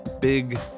big